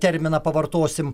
terminą pavartosim